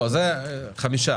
לא, חמישה